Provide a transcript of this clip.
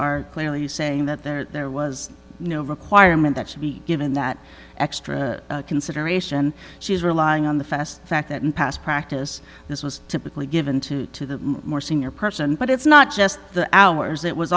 are clearly saying that there was no requirement that should be given that extra consideration she's relying on the fast fact that in past practice this was typically given to to the more senior person but it's not just the hours it was